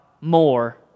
more